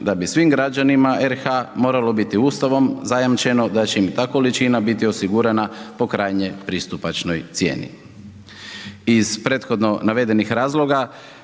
da bi svim građanima RH moralo biti Ustavom zajamčeno da će im ta količina biti osigurana po krajnje pristupanoj cijeni. Iz prethodno navedenih razloga,